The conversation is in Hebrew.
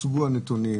הוצגו הנתונים.